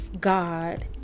God